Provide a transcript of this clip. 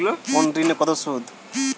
কোন ঋণে কত সুদ?